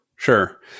Sure